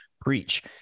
Preach